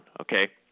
Okay